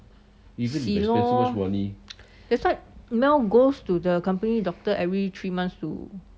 洗咯 that's why mel goes to the company doctor every three months to